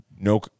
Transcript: no